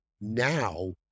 Now